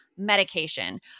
medication